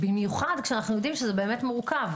במיוחד כשאנט יודעים שזה מורכב?